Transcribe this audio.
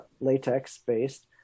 latex-based